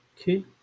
okay